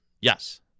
Yes